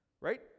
right